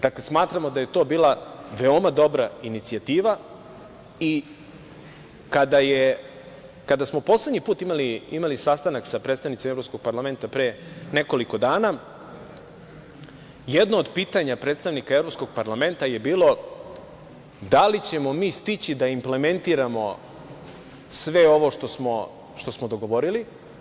Dakle, smatramo da je to bila veoma dobra inicijativa i kada smo poslednji put imali sastanak sa predstavnicima Evropskog parlamenta pre nekoliko dana, jedno od pitanja predstavnika Evropskog parlamenta je bilo – da li ćemo mi stići da implementiramo sve ovo što smo dogovorili?